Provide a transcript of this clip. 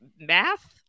math